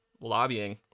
lobbying